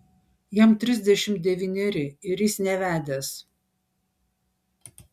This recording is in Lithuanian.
jam trisdešimt devyneri ir jis nevedęs